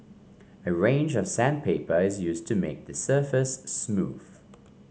a range of sandpaper is used to make the surface smooth